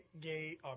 gay